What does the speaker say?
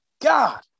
God